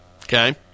Okay